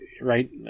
right